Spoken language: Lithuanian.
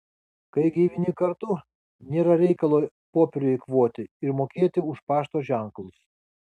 kai gyveni kartu nėra reikalo popierių eikvoti ir mokėti už pašto ženklus